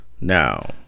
now